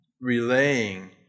relaying